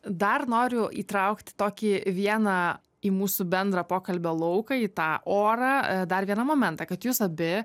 dar noriu įtraukti tokį vieną į mūsų bendrą pokalbio lauką į tą orą dar vieną momentą kad jūs abi